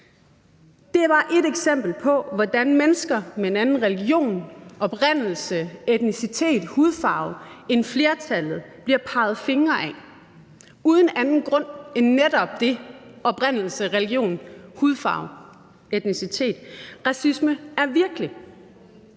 Det er bare ét eksempel på, hvordan mennesker med en anden religion, oprindelse, etnicitet og hudfarve end flertallet får peget fingre ad sig uden anden grund end netop det, altså oprindelse, religion, hudfarve og etnicitet. Racisme er virkelig,